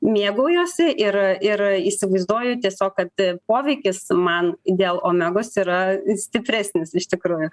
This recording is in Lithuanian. mėgaujuosi ir ir įsivaizduoju tiesiog kad poveikis man dėl omegos yra stipresnis iš tikrųjų